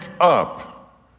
up